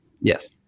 Yes